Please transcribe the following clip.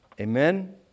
Amen